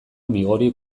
migori